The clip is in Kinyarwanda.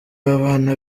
abana